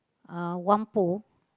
uh Whampoa